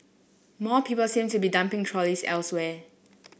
more people seem to be dumping trolleys elsewhere